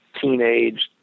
teenage